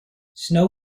snow